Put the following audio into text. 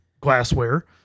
glassware